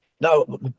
No